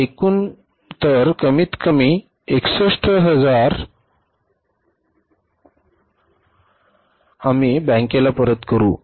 तर कमीत कमी 61000 आम्ही बँकेला परत करू